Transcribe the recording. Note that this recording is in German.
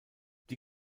die